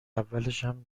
اولشم